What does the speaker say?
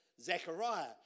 Zechariah